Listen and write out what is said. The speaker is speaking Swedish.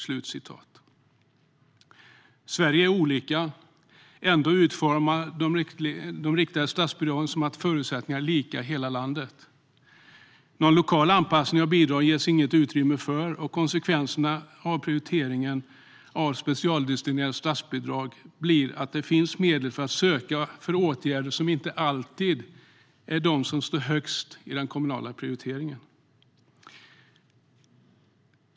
Sveriges kommuner är olika. Ändå utformas de riktade statsbidragen som om förutsättningarna är lika i hela landet. Någon lokal anpassning av bidragen ges det inget utrymme för. Konsekvenserna av prioriteringen av specialdestinerade statsbidrag blir att det finns medel att söka för åtgärder som inte alltid är de som står högst i den kommunala prioriteringen.